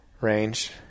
range